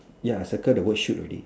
ya circle the word shoot already